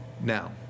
Now